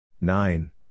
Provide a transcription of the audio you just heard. Nine